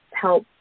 help